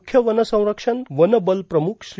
मुख्य वन संरक्षक वन बल प्रमुख श्री